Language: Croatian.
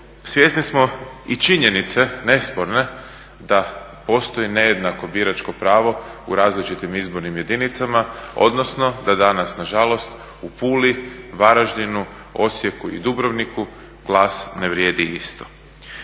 svjesni smo i činjenice nesporne da postoji nejednako biračko pravo u različitim izbornim jedinicama odnosno da danas nažalost u Puli, Varaždinu, Osijeku i Dubrovniku glas ne vrijedi isto.